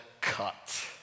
cut